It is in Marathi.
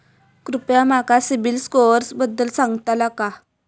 कृपया माका सिबिल स्कोअरबद्दल सांगताल का?